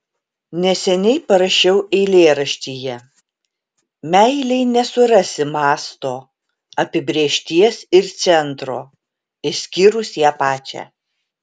neseniai parašiau eilėraštyje meilei nesurasi masto apibrėžties ir centro išskyrus ją pačią